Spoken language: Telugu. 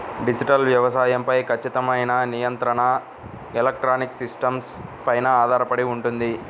డిజిటల్ వ్యవసాయం పై ఖచ్చితమైన నియంత్రణ ఎలక్ట్రానిక్ సిస్టమ్స్ పైన ఆధారపడి ఉంటుంది